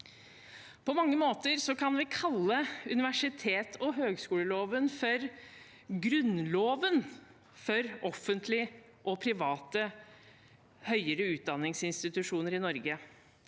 På mange måter kan vi kalle universitets- og høyskoleloven for grunnloven for offentlige og private høyere utdanningsinstitusjoner i Norge.